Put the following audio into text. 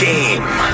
Game